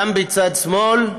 גם בצד שמאל,